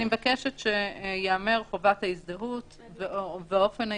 אני מבקשת שייאמר חובת ההזדהות ואופן ההזדהות.